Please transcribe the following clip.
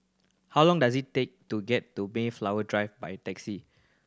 how long does it take to get to Mayflower Drive by taxi